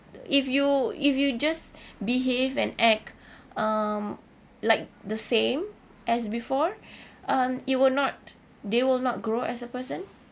if you if you just behave and act um like the same as before um you will not they will not grow as a person